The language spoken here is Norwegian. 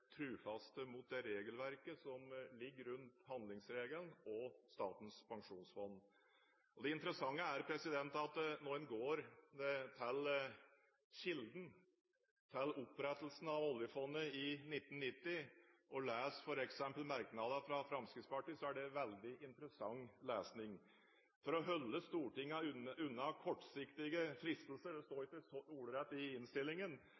trofaste mot det regelverket som ligger rundt handlingsregelen og Statens pensjonsfond. Når man går til kilden, til opprettelsen av oljefondet i 1990, og f.eks. leser merknadene fra Fremskrittspartiet, er det veldig interessant lesning. For å holde Stortinget unna kortsiktige fristelser – det står ikke det ordrett i innstillingen,